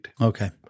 Okay